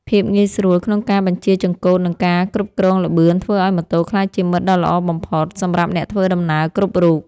ភាពងាយស្រួលក្នុងការបញ្ជាចង្កូតនិងការគ្រប់គ្រងល្បឿនធ្វើឱ្យម៉ូតូក្លាយជាមិត្តដ៏ល្អបំផុតសម្រាប់អ្នកធ្វើដំណើរគ្រប់រូប។